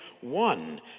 one